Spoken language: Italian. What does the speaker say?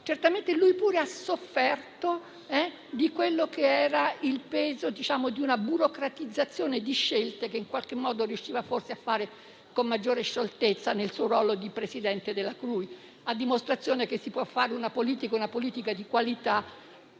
certamente anche lui ha sofferto del peso di una burocratizzazione di scelte che in qualche modo riusciva forse a fare con maggiore scioltezza nel suo ruolo di presidente della CRUI, a dimostrazione che si può fare una politica di qualità